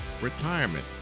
Retirement